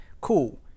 cool